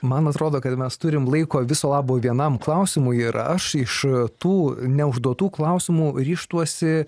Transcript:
man atrodo kad mes turim laiko viso labo vienam klausimui ir aš iš tų neužduotų klausimų ryžtuosi